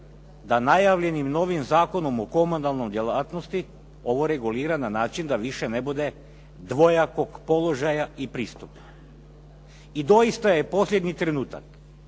da najavljenim novim Zakonom o komunalnoj djelatnosti ovo regulira na način da više ne bude dvojakog položaja i pristupa. I doista je posljednji trenutak